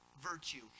virtue